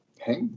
Hey